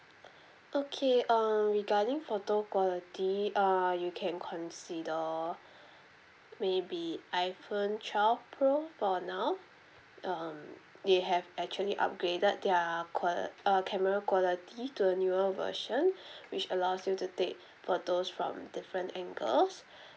okay uh regarding photo quality err you can consider maybe iphone twelve pro for now um they have actually upgraded their qual~ uh camera quality to a newer version which allows you to take photos from different angles